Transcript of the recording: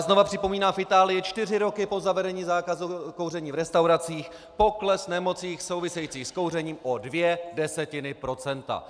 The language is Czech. Znovu připomínám, v Itálii čtyři roky po zavedení zákazu kouření v restauracích pokles nemocí souvisejících s kouřením o dvě desetiny procenta.